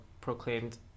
proclaimed